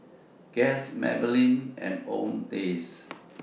Guess Maybelline and Owndays